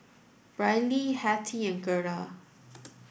Brylee Hettie and Gerda